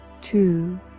Two